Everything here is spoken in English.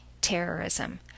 terrorism